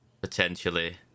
potentially